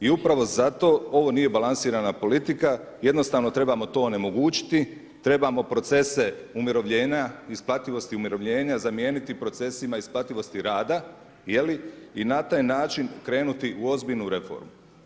I upravo zato ovo nije balansirana politika, jednostavno trebamo to onemogućiti, trebamo procese umirovljenja, isplativosti umirovljenja zamijeniti procesima isplativosti rada je li, i na taj način krenuti u ozbiljnu reformu.